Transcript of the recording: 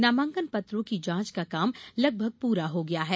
नामांकन पत्रों की जांच का काम लगभग पूरा हो गया है